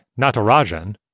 Natarajan